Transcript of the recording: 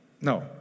No